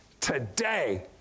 today